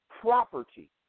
property